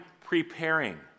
preparing